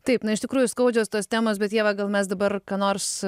taip na iš tikrųjų skaudžios tos temos bet ieva gal mes dabar ką nors